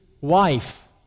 wife